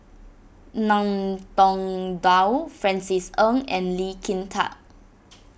Ngiam Tong Dow Francis Ng and Lee Kin Tat